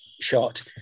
shot